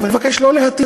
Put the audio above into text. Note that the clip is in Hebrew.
אני לא מבקש להטיב,